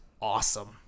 Awesome